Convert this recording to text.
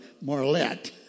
Marlette